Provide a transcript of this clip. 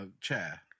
chair